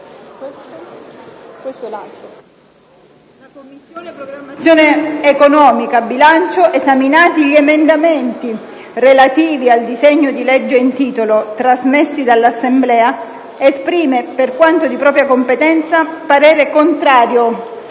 «La Commissione programmazione economica, bilancio, esaminati gli emendamenti relativi al disegno di legge in titolo, trasmessi dall'Assemblea, esprime, per quanto di propria competenza, parere contrario,